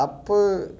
apa